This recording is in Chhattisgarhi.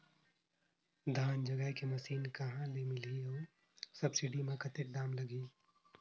धान जगाय के मशीन कहा ले मिलही अउ सब्सिडी मे कतेक दाम लगही?